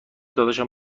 داداشم